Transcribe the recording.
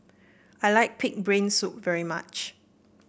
I like pig brain soup very much